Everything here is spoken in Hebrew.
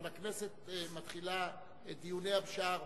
אבל הכנסת מתחילה את דיוניה בשעה 16:00,